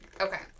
Okay